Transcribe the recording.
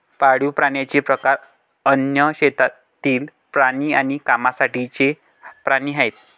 पाळीव प्राण्यांचे प्रकार अन्न, शेतातील प्राणी आणि कामासाठीचे प्राणी आहेत